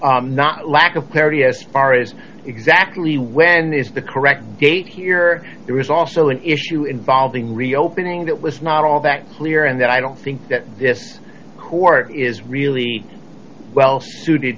l not lack of clarity as far as exactly when is the correct gate here there is also an issue involving reopening that was not all that clear and that i don't think that this court is really well suited